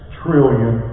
trillion